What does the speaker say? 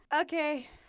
Okay